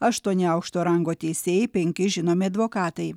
aštuoni aukšto rango teisėjai penki žinomi advokatai